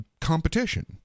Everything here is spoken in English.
competition